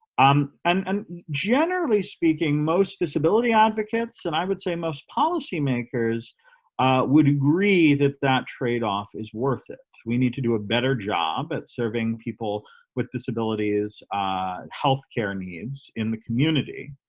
um and um generally speaking most disability advocates and i would say most policymakers would agree that that trade-off is worth it. we need to do a better job at serving people with disabilities healthcare needs in the community,